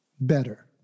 better